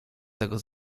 tego